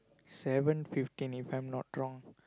seven fifteen if I'm not wrong